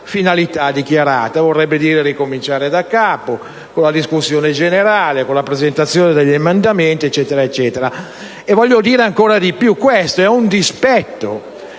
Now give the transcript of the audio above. finalità dichiarata. Vorrebbe dire ricominciare da capo con la discussione generale, con la presentazione degli emendamenti e così via. Voglio aggiungere che questo è un dispetto